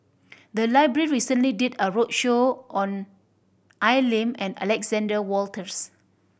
the library recently did a roadshow on Al Lim and Alexander Wolters